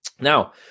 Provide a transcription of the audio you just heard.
now